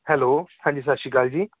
hello ਹਾਂਜੀ ਸਤਿ ਸ਼੍ਰੀ ਅਕਾਲ ਜੀ